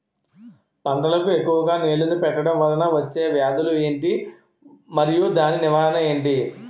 పంటలకు ఎక్కువుగా నీళ్లను పెట్టడం వలన వచ్చే వ్యాధులు ఏంటి? మరియు దాని నివారణ ఏంటి?